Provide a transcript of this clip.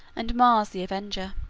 and mars the avenger.